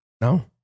no